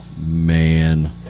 Man